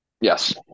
Yes